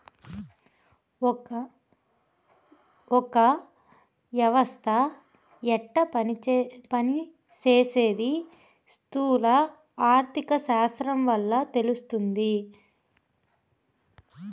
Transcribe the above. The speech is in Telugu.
ఒక యవస్త యెట్ట పని సేసీది స్థూల ఆర్థిక శాస్త్రం వల్ల తెలస్తాది